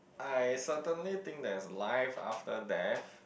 I certainly think there's life after death